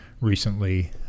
recently